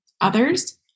others